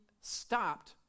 stopped